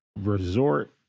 resort